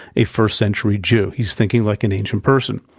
a first century jew. he's thinking like an ancient person.